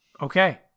Okay